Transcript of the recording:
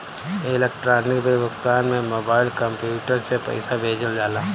electronic bill भुगतान में mobile, computer से पईसा भेजल जाला